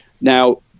Now